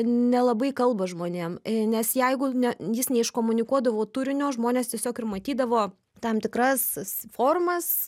nelabai kalba žmonėm nes jeigu ne jis neiškomunikuodavo turinio žmonės tiesiog ir matydavo tam tikras formas